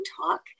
talk